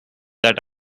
that